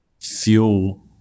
fuel